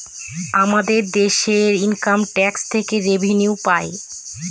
আমাদের দেশে income tax থেকে রেভিনিউ পাই